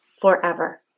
forever